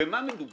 במה מדובר?